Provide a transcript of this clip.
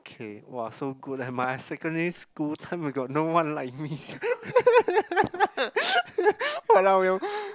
okay !wah! so good leh my secondary school time we got no one like me !walao! you